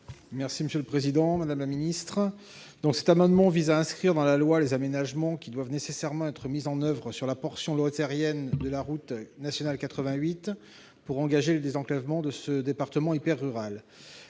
: La parole est à M. Éric Gold. Cet amendement vise à inscrire dans la loi les aménagements qui doivent nécessairement être mis en oeuvre sur la portion lozérienne de la route nationale 88, pour engager le désenclavement de ce département hyper-rural.